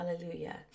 Hallelujah